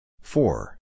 Four